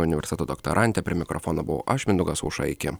universiteto doktorantė prie mikrofono buvau aš mindaugas aušra iki